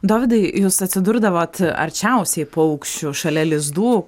dovydai jūs atsidurdavot arčiausiai paukščių šalia lizdų